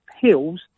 hills